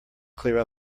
clear